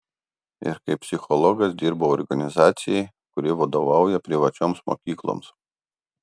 ir kaip psichologas dirbu organizacijai kuri vadovauja privačioms mokykloms